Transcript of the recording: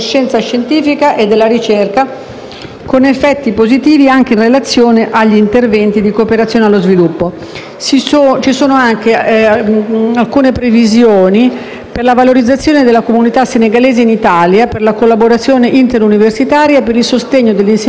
con effetti positivi anche in relazione agli interventi di cooperazione allo sviluppo. Ci sono anche alcune previsioni per la valorizzazione della comunità senegalese in Italia, per la collaborazione interuniversitaria e per il sostegno dell'insegnamento dell'italiano in Senegal.